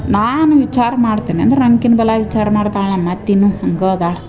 ನಾನು ವಿಚಾರ ಮಾಡ್ತೀನೆ ಅಂದ್ರ ನನ್ಕಿನ ಬಲ ವಿಚಾರ ಮಾಡ್ತಾಳೆ ನಮ್ಮ ಅತ್ತೆನೂ ಹಂಗೆ ಅದಾಳ